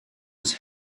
was